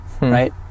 right